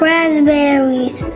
Raspberries